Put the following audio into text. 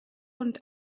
und